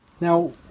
Now